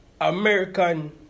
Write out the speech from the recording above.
American